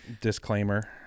Disclaimer